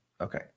Okay